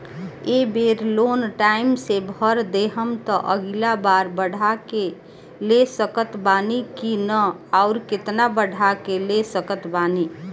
ए बेर loan time से भर देहम त अगिला बार बढ़ा के ले सकत बानी की न आउर केतना बढ़ा के ले सकत बानी?